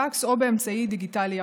פקס או אמצעי דיגיטלי אחר.